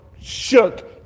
shook